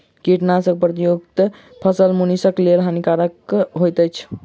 कीटनाशक प्रयुक्त फसील मनुषक लेल हानिकारक होइत अछि